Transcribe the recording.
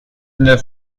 neuf